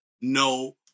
no